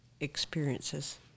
experiences